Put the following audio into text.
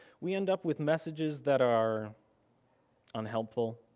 we end up with messages that are unhelpful,